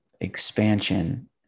expansion